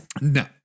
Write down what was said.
No